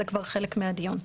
זה כבר חלק מהדיון.